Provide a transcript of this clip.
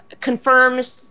confirms